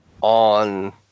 on